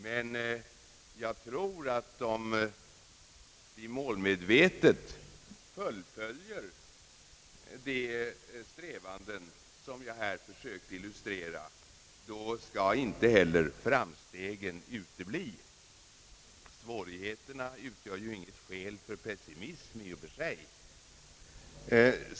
Men jag tror att om vi målmedvetet fullföljer de strävanden som jag här försökt illustrera, då skall inte heller framstegen utebli. Svårigheterna utgör ju inget skäl för pessimism i och för sig.